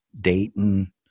Dayton